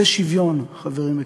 זה שוויון, חברים יקרים,